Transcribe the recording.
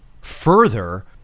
further